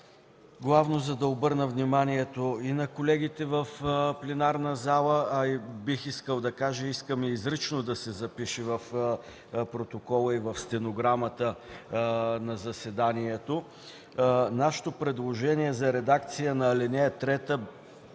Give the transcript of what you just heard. главно за да обърна вниманието и на колегите в пленарната зала, а и бихме искали това изрично да се запише в протокола, в стенограмата от заседанието. Нашето предложение за редакция на ал. 3